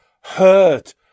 hurt